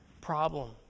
problem